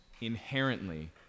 inherently